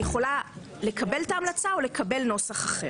והיא יכולה לקבל את ההמלצה או לקבל נוסח אחר.